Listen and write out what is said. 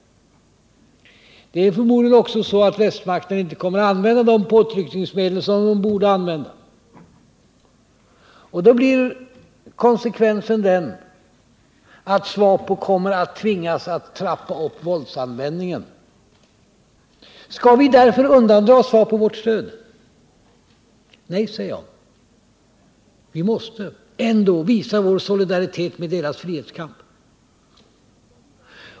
Det är antagligen också så att västmakterna inte kommer att använda de påtryckningsmedel som de borde använda. Konsekvensen blir då att SWAPO kommer att trappa upp våldsanvändningen. Skall vi därför undandra SWAPO vårt stöd? Nej, säger jag. Vi måste fortsätta att visa vår solidaritet med dess frihetskamp.